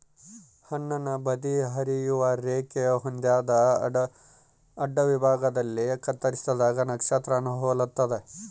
ಹಣ್ಣುನ ಬದಿ ಹರಿಯುವ ರೇಖೆ ಹೊಂದ್ಯಾದ ಅಡ್ಡವಿಭಾಗದಲ್ಲಿ ಕತ್ತರಿಸಿದಾಗ ನಕ್ಷತ್ರಾನ ಹೊಲ್ತದ